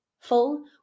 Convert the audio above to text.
full